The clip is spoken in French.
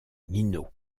nino